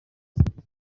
asabwa